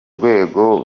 rwego